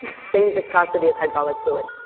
same viscosity as hydraulic fluid.